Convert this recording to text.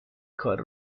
کار